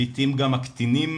לעיתים גם הקטינים,